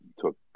took